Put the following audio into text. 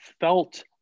felt